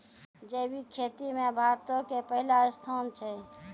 जैविक खेती मे भारतो के पहिला स्थान छै